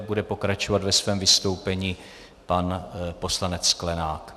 Bude pokračovat ve svém vystoupení pan poslanec Sklenák.